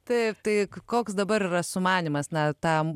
taip tai koks dabar yra sumanymas na tam